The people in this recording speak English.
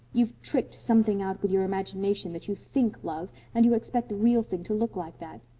you've tricked something out with your imagination that you think love, and you expect the real thing to look like that.